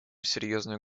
серьезную